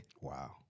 Wow